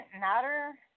matter